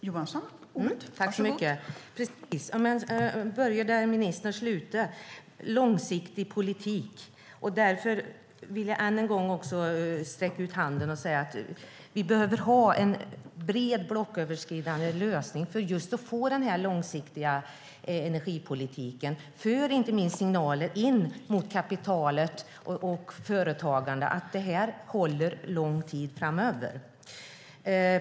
Fru talman! Jag börjar där ministern slutade, med långsiktig politik. Jag vill än en gång sträcka ut handen och säga att vi behöver ha en bred blocköverskridande lösning för att just få den här långsiktiga energipolitiken. Det handlar inte minst om signaler mot kapitalet och företagandet, om att det här håller lång tid framöver.